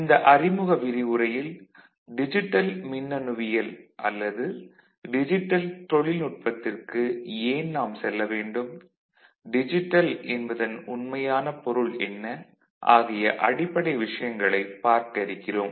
இந்த அறிமுக விரிவுரையில் டிஜிட்டல் மின்னணுவியல் அல்லது டிஜிட்டல் தொழில்நுட்பத்திற்கு ஏன் நாம் செல்ல வேண்டும் டிஜிட்டல் என்பதன் உண்மையான பொருள் என்ன ஆகிய அடிப்படை விஷயங்களைப் பார்க்க இருக்கிறோம்